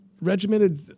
regimented